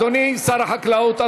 אדוני שר החקלאות,